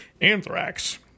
anthrax